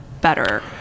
better